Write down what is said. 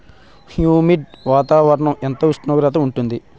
Humid వాతావరణం ఎంత ఉష్ణోగ్రత ఉంటుంది?